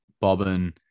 Bobbin